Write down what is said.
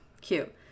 cute